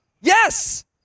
Yes